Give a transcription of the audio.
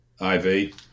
IV